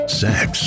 sex